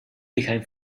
became